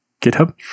GitHub